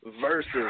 versus